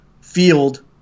field